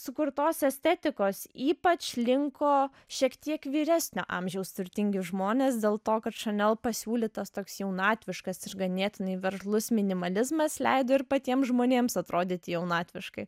sukurtos estetikos ypač linko šiek tiek vyresnio amžiaus turtingi žmonės dėl to kad chanel pasiūlytas toks jaunatviškas ir ganėtinai veržlus minimalizmas leido ir patiems žmonėms atrodyti jaunatviškai